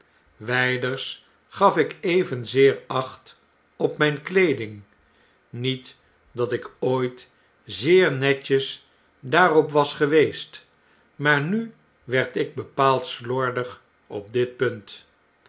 wyders gal ik evenzeer acht op myn kleeding niet dat ik ooit zeer netjes daarop was geweest maar nu werd ik bepaald slordig op dit punt